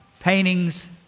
Paintings